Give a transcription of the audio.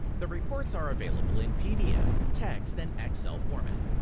the reports are available in pdf, text and excel format.